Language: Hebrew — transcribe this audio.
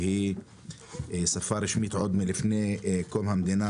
שהיא שפה רשמית לפני קום המדינה,